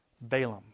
Balaam